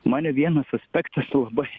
mane vienas aspektas labai